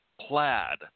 plaid